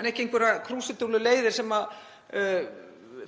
en ekki einhverjar krúsídúlluleiðir sem